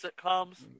sitcoms